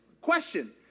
Question